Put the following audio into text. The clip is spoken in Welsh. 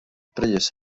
brys